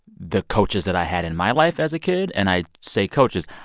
the coaches that i had in my life as a kid. and i say coaches.